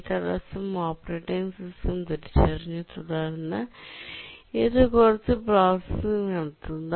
ഈ തടസ്സം operating system തിരിച്ചറിഞ്ഞു തുടർന്ന് ഇത് കുറച്ച് പ്രോസസ്സിംഗ് നടത്തുന്നു